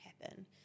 happen